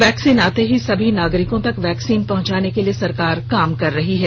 vaccine आते ही सभी नागरिकों तक वैक्सीन पहचाने के लिए सरकार काम कर रही है